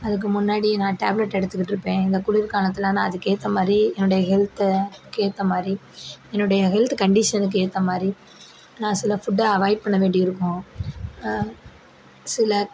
அதுக்கு முன்னாடி நான் டேப்லெட் எடுத்துக்கிட்டிருப்பேன் இந்த குளிர்காலத்துலெலாம் அதுக்கு ஏற்ற மாதிரி என்னுடைய ஹெல்த்தும் அதுக்கு ஏற்றமாரி என்னுடைய ஹெல்த் கண்டிஷனுக்கு ஏற்ற மாதிரி நா சில ஃபுட்டை அவாய்ட் பண்ண வேண்டி இருக்கும் சில